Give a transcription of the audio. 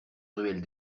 ruelle